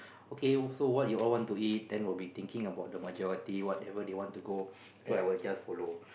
okay so what you all want to eat then we'll be thinking of the majority whatever they want to go so I will just follow